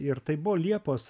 ir tai buvo liepos